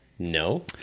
No